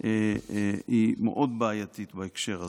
היא מאוד בעייתית בהקשר הזה.